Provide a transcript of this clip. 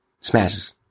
Smashes